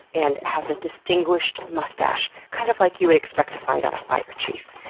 and has a distinguished mustache, kind of like you would expect to find on a fire chief.